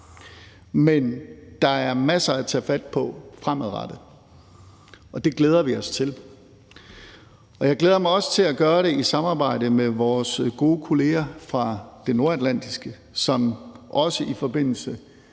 her. Der er masser af tage fat på fremadrettet, og det glæder vi os til. Jeg glæder mig også til at gøre det i samarbejde med vores gode kolleger fra det nordatlantiske, som også alle fire i forbindelse